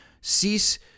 Cease